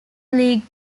league